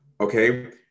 okay